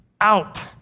out